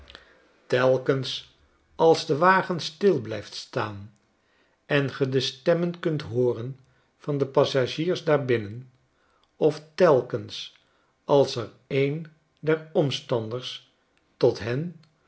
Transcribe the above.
telkens als de wagen stil blijft staan en ge de stemmen kunt hooren van de passagiers daarbinnen of telkens als er een der omstanders tot hen